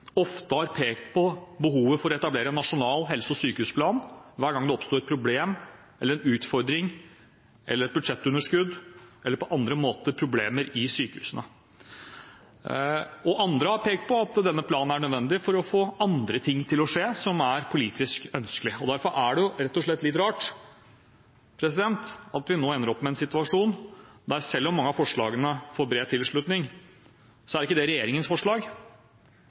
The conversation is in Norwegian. ofte har pekt på behovet for å etablere en nasjonal helse- og sykehusplan hver gang det oppsto en utfordring eller et budsjettunderskudd eller på andre måter problemer i sykehusene. Andre har pekt på at denne planen er nødvendig for å få andre ting til å skje som er politisk ønskelige. Derfor er det rett og slett litt rart at vi nå ender opp med en situasjon, selv om mange av forslagene får bred tilslutning, der det ikke er regjeringens forslag,